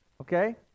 Okay